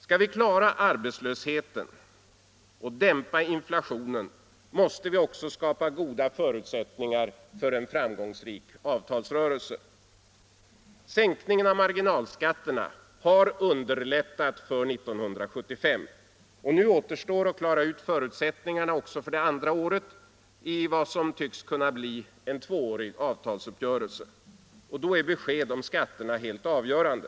Skall vi klara arbetslösheten och dämpa inflationen måste vi också skapa goda förutsättningar för en framgångsrik avtalsrörelse. Sänkningen av marginalskatterna har underlättat för 1975. Nu återstår att klara ut förutsättningarna även för det andra året i vad som tycks kunna bli en tvåårig avtalsuppgörelse. Då är besked om skatterna helt avgörande.